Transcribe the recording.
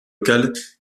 locales